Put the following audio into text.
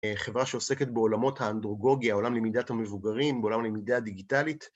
חברה שעוסקת בעולמות האנדרוגוגיה, עולם למידת המבוגרים, בעולם הלמידה הדיגיטלית